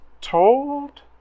told